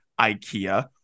Ikea